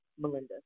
melinda